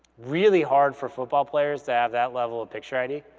really hard for football players to have that level of picture id.